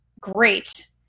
Great